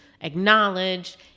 acknowledged